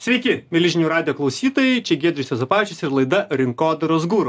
sveiki mieli žinių radijo klausytojai čia giedrius juozapavičius ir laida rinkodaros guru